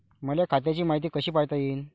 मले खात्याची मायती कशी पायता येईन?